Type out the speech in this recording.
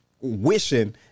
wishing